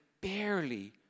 barely